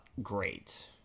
Great